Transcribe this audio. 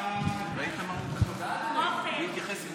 ההצעה להעביר את הצעת חוק המקרקעין (תיקון,